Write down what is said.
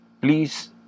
please